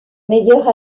meilleure